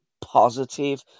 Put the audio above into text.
positive